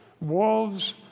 Wolves